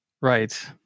Right